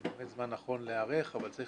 זה בהחלט זמן נכון להיערך אבל צריך